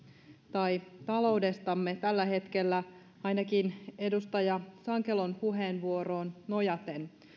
tai taloudestamme tällä hetkellä ainakin edustaja sankelon puheenvuoroon nojaten